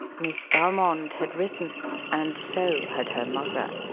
miss valmond had risen and so had her mother.